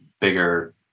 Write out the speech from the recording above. bigger